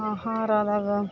ಆಹಾರದಾಗ